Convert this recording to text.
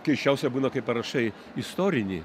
keisčiausia būna kai parašai istorinį